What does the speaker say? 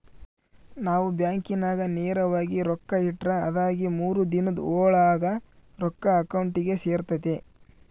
ನಾವು ಬ್ಯಾಂಕಿನಾಗ ನೇರವಾಗಿ ರೊಕ್ಕ ಇಟ್ರ ಅದಾಗಿ ಮೂರು ದಿನುದ್ ಓಳಾಗ ರೊಕ್ಕ ಅಕೌಂಟಿಗೆ ಸೇರ್ತತೆ